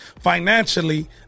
financially